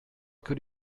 could